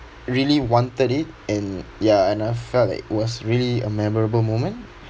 really wanted it and ya and I felt like it was really a memorable moment